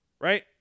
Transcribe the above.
Right